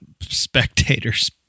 spectators